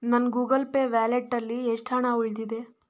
ನನ್ನ Google Pay ವ್ಯಾಲೆಟ್ಟಲ್ಲಿ ಎಷ್ಟು ಹಣ ಉಳಿದಿದೆ